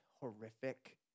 horrific